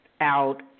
out